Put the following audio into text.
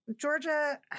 georgia